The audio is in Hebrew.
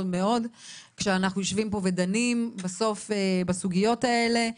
כשאנחנו יושבים פה ודנים בסוף בסוגיות האלה.